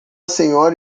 senhora